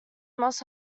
must